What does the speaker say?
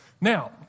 Now